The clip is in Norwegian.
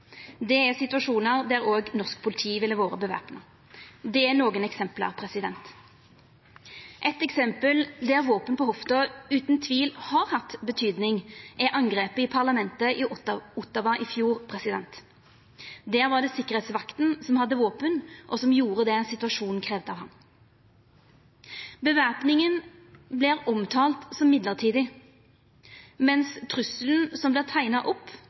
Det er situasjonar der òg norsk politi ville ha vore væpna. Det er nokre eksempel. Eitt eksempel der våpen på hofta utan tvil har hatt betydning, er angrepet i parlamentet i Ottawa i fjor. Der var det sikkerheitsvakta som hadde våpen, og som gjorde det situasjonen kravde av han. Væpninga vert omtalt som mellombels, mens trusselen som vart teikna opp